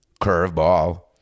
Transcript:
curveball